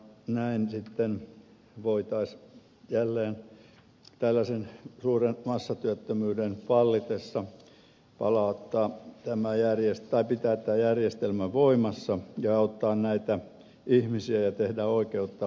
näin sitten voitaisiin jälleen tällaisen suuren massatyöttömyyden vallitessa pitää tämä järjestelmä voimassa ja auttaa näitä ihmisiä ja tehdä oikeutta pitkäaikaistyöttömille